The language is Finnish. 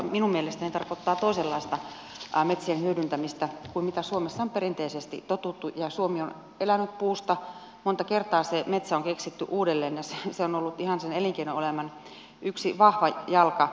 minun mielestäni se tarkoittaa toisenlaista metsien hyödyntämistä kuin mihin suomessa on perinteisesti totuttu ja suomi on elänyt puusta monta kertaa se metsä on keksitty uudelleen ja se on ollut ihan sen elinkeino elämän yksi vahva jalka